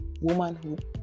womanhood